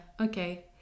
okay